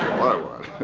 what i want.